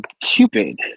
Cupid